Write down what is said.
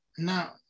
Now